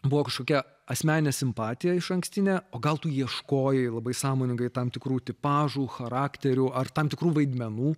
buvo kažkokia asmeninė simpatija išankstinė o gal tu ieškojai labai sąmoningai tam tikrų tipažų charakterių ar tam tikrų vaidmenų